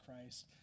Christ